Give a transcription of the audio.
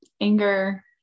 anger